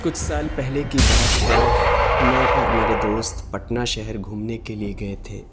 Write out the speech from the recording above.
کچھ سال پہلے کی بات ہے میں اور میرے دوست پٹنہ شہر گھومنے کے لیے گئے تھے